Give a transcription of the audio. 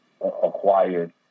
acquired